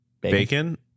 bacon